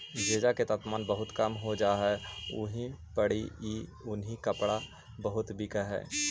जेजा के तापमान बहुत कम हो जा हई उहाँ पड़ी ई उन्हीं कपड़ा बहुत बिक हई